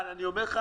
אני אומר לך,